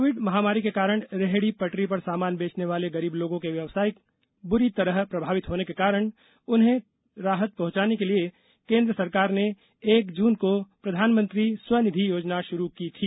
Covid महामारी के कारण रेहड़ी पटरी पर सामान बेचने वाले गरीब लोगों के व्यवसाय के बुरी तरह प्रभावित होने के कारण उन्हें राहत पहुंचाने के लिए केंद्र सरकार ने एक जून को प्रधानमंत्री स्वनिधि योजना शुरू की थी